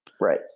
right